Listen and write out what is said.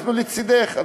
אנחנו לצדך,